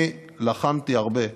ואני לחמתי הרבה,